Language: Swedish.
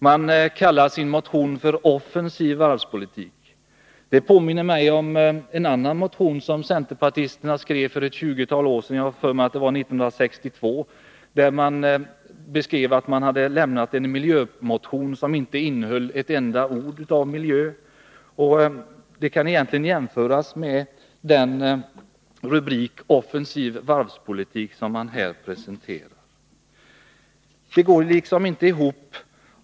Man kallar sin motion för ”offensiv varvspolitik”. Det påminner mig om en annan motion som centerpartisterna skrev för ett tjugotal år sedan — jag har för mig att det var 1962. Man beskrev den som att man hade lämnat en miljömotion, men den innehöll inte ett enda ord om miljön. Det kan jämföras med den rubrik, offensiv varvspolitik, som centerpartiet nu presenterar.